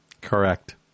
correct